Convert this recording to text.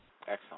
Excellent